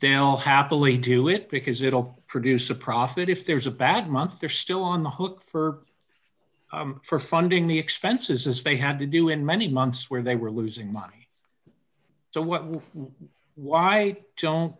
they'll happily do it because it'll produce a profit if there's a bad month they're still on the hook for for funding the expenses as they have to do in many months where they were losing money so what why don't